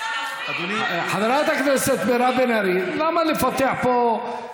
היא הלכה ברחוב ורצחו אותה?